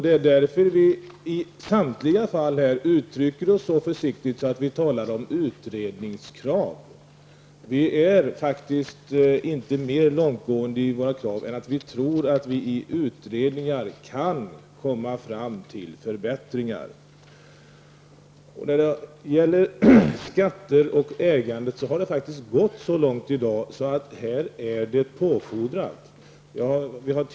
Det är därför som vi i samtliga fall uttrycker oss så försiktigt att vi talar om utredningskrav. Vi är inte mer långtgående i våra krav än att vi tror att man i utredningar kan komma fram till förbättringar. När det gäller skatterna och ägandet har det i dag faktiskt gått så långt att det här fordras en ändring.